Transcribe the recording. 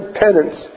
penance